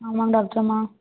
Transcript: ஆமாம் டாக்டரம்மா